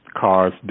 cars